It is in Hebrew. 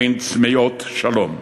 הן צמאות שלום.